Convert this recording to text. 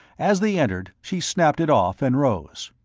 as they entered, she snapped it off and rose.